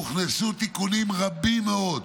הוכנסו תיקונים רבים מאוד,